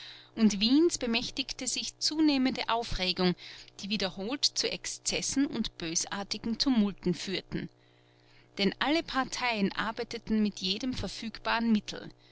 und wiens bemächtigte sich zunehmende aufregung die wiederholt zu exzessen und bösartigen tumulten führte denn alle parteien arbeiteten mit jedem verfügbaren mittel